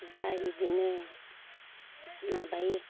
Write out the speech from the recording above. दा बेदिनो माबायो